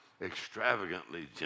extravagantly